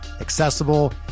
accessible